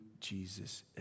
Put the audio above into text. Jesus